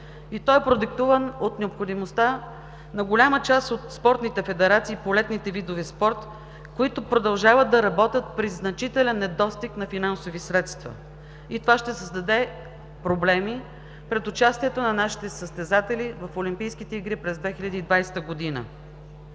и той е продиктуван от необходимостта на голяма част от спортните федерации по летните видове спорт, които продължават да работят при значителен недостиг на финансови средства, и това ще създаде проблеми пред участието на нашите състезатели в олимпийските игри през 2020 година.